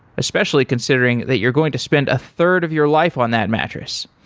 especially considering that you're going to spend a third of your life on that mattress.